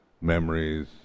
memories